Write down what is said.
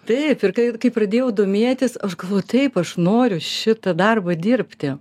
taip ir kai kai pradėjau domėtis aš galvojau taip aš noriu šitą darbą dirbti